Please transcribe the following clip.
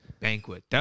Banquet